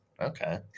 Okay